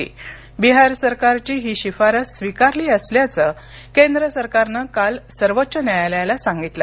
तत्पूर्वी बिहार सरकारची ही शिफारस स्विकारली असल्याचं केंद्र सरकारनं काल सर्वोच्च न्यायालयाला सांगितलं